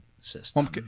system